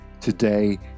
Today